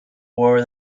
war